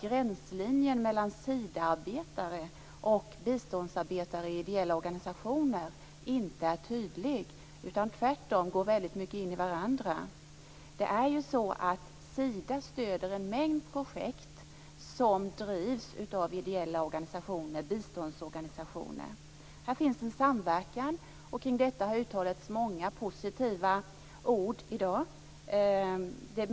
Gränslinjen mellan Sidaarbetare och biståndsarbetare i ideella organisationer är inte tydlig, utan deras verksamheter går tvärtom väldigt mycket in i varandra. Sida stöder en mängd projekt som drivs av ideella biståndsorganisationer. Här finns en samverkan som det har uttalats många positiva ord om.